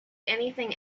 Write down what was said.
anything